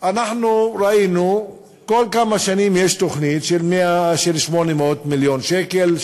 ראינו שבכל כמה שנים יש תוכנית של 800 מיליון שקל,